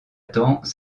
temps